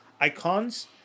icons